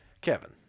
Kevin